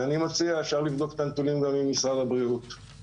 אפשר לבדוק את הנתונים גם עם משרד הבריאות.